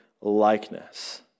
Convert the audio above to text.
likeness